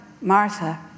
Martha